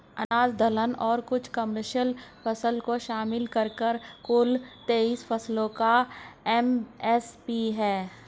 अनाज दलहन और कुछ कमर्शियल फसल को शामिल करके कुल तेईस फसलों का एम.एस.पी है